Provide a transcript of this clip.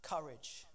courage